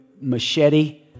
machete